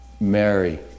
Mary